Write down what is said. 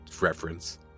reference